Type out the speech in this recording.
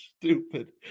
stupid